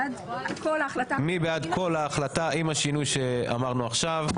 מי בעד כל ההחלטה עם השינוי שאמרנו עכשיו?